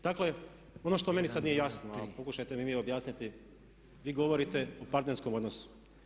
Dakle, ono što meni sad nije jasno, a pokušajte mi vi objasniti, vi govorite o partnerskom odnosu.